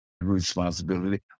responsibility